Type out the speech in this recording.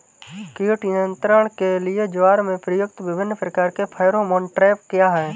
कीट नियंत्रण के लिए ज्वार में प्रयुक्त विभिन्न प्रकार के फेरोमोन ट्रैप क्या है?